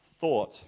thought